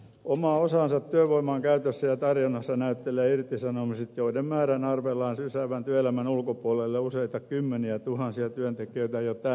omaa osaansa työvoiman käytössä ja tarjonnassa näyttelevät irtisanomiset joiden määrän arvellaan sysäävän työelämän ulkopuolelle useita kymmeniätuhansia työntekijöitä jo tänä vuonna